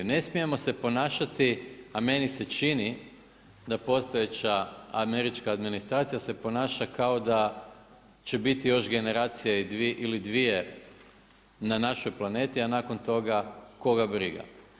Ne smijemo se ponašati a meni se čini da postojeća američka administracija se ponaša kao da će biti još generacije ili dvije na našoj planeti a nakon toga koga briga.